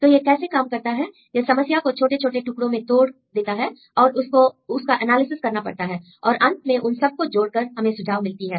तो यह कैसे काम करता है यह समस्या को छोटे छोटे टुकड़ों में तोड़ देता है और उसका एनालिसिस करना पड़ता है और अंत में उन सब को जोड़कर हमें सुझाव मिलती है